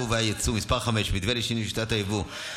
והיצוא (מס' 5) (מתווה לשינוי שיטת היבוא(,